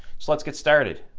so let's get started.